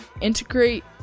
integrate